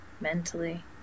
mentally